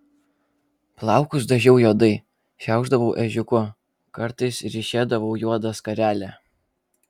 plaukus dažiau juodai šiaušdavau ežiuku kartais ryšėdavau juodą skarelę